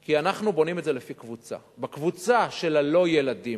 כי אנחנו בונים את זה לפי קבוצה: בקבוצה של ה"לא ילדים",